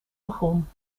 begon